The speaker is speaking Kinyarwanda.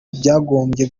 byagombye